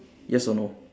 yes or no